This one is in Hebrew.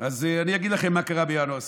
אז אני אגיד לכם מה קרה בינואר 2022: